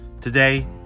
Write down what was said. today